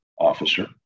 officer